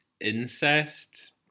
incest